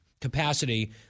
capacity